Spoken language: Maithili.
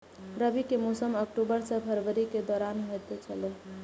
रबी के मौसम अक्टूबर से फरवरी के दौरान होतय छला